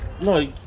No